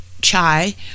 Chai